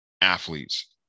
athletes